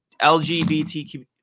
LGBTQ